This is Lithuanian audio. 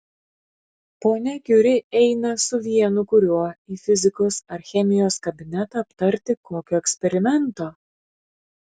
ponia kiuri eina su vienu kuriuo į fizikos ar chemijos kabinetą aptarti kokio eksperimento